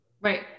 right